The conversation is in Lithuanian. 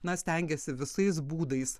na stengėsi visais būdais